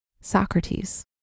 Socrates